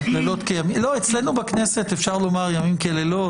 אצלנו בכנסת אפשר לומר ימים כלילות,